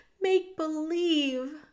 make-believe